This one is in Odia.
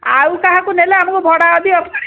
ଆଉ କାହାକୁ ନେଲେ ଆମକୁ ଭଡ଼ା ଅଧିକ ପଡ଼ିବ